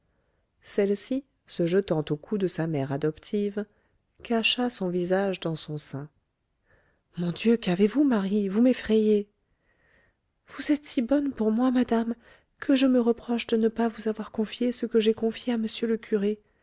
celle-ci se jetant au cou de sa mère adoptive cacha son visage dans son sein mon dieu qu'avez-vous marie vous m'effrayez vous êtes si bonne pour moi madame que je me reproche de ne pas vous avoir confié ce que j'ai confié à m le curé